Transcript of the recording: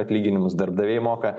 atlyginimus darbdaviai moka